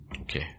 Okay